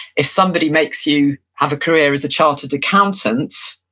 if somebody makes you have a career as a chartered accountant,